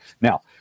Now